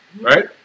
Right